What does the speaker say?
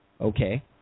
okay